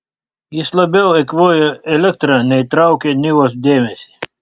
jis labiau eikvojo elektrą nei traukė nivos dėmesį